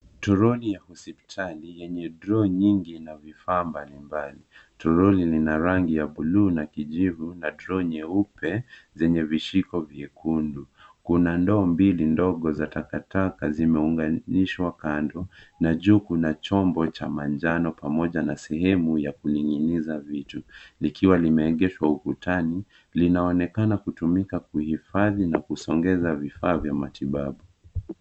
Toroli ya hosipitali yenye draw nyingi na vifaa mbalimbali toroli ina rangi ya buluu na kijivu na draw nyeupe zenye vishiko vyekundu ,kuna ndoo mbili ndogo za takataka zimeunganishwa kando na juu kuna chombo cha manjano pamoja na sehemu ya kunyunyiza vitu ,likiwa limeegeshwa ukutani linaonekana kutumika kuhifadhi na kusongeza vifaa vya matibabu.